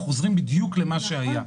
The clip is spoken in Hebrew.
אנחנו חוזרים בדיוק למה שהיה.